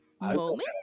moment